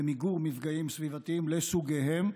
במיגור מפגעים סביבתיים לסוגיהם,